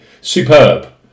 superb